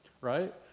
right